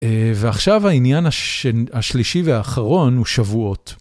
ועכשיו העניין השלישי והאחרון הוא שבועות.